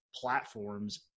platforms